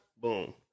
boom